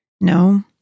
No